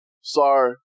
sorry